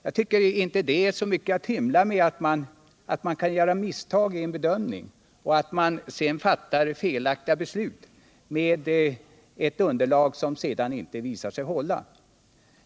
Det är väl inte så mycket att hymla med att man kan göra misstag i en bedömning och att man fattar ett felaktigt beslut på grundval av underlag som senare visar sig inte hålla.